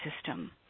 system